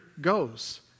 goes